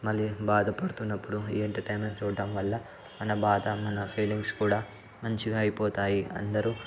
మళ్ళీ బాధపడుతున్నప్పుడు ఈ ఎంటర్టైన్మెంట్ చూడటం వల్ల మన బాధ మన ఫీలింగ్స్ కూడా మంచిగా అయిపోతాయి అందరూ